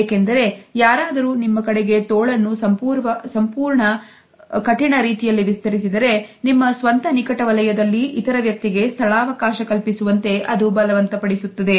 ಏಕೆಂದರೆ ಯಾರಾದರೂ ನಿಮ್ಮ ಕಡೆಗೆ ತೋಳನ್ನು ಸಂಪೂರ್ಣವಾಗಿ ಕಠಿಣ ರೀತಿಯಲ್ಲಿ ವಿಸ್ತರಿಸಿದರೆ ನಿಮ್ಮ ಸ್ವಂತ ನಿಕಟ ವಲಯದಲ್ಲಿ ಇತರ ವ್ಯಕ್ತಿಗೆ ಸ್ಥಳವಕಾಶ ಕಲ್ಪಿಸುವಂತೆ ಅದು ಬಲವಂತ ಪಡಿಸುತ್ತದೆ